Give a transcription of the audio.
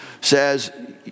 says